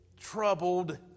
troubled